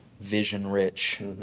vision-rich